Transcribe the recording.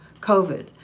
COVID